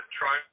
try